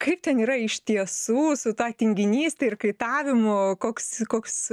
kaip ten yra iš tiesų su ta tinginyste ir kaitavimu koks koks